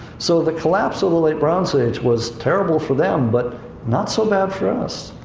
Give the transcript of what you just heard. so the collapse of the late bronze age was terrible for them, but not so bad for us.